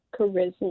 charisma